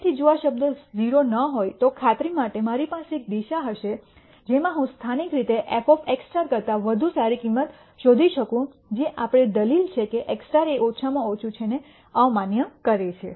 તેથી જો આ શબ્દ 0 ન હોય તો ખાતરી માટે મારી પાસે એક દિશા હશે જેમાં હું સ્થાનિક રીતે f x કરતા વધુ સારી કિંમત શોધી શકું જે આપણી દલીલ કે x એ ઓછામાં ઓછું છે ને અમાન્ય કરે છે